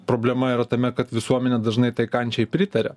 problema yra tame kad visuomenė dažnai tai kančiai pritaria